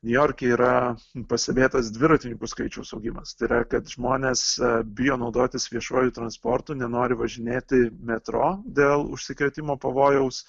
niujorke yra pastebėtas dviratininkų skaičiaus augimas tai yra kad žmonės bijo naudotis viešuoju transportu nenori važinėti metro dėl užsikrėtimo pavojaus